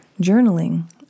journaling